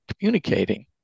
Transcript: communicating